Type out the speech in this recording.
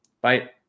Bye